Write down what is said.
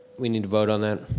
we need to vote on that,